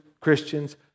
Christians